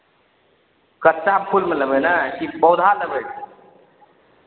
कच्चा फूलमे लेबै ने कि पौधा लेबै